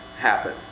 happen